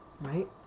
Right